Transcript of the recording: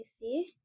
see